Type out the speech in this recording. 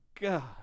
god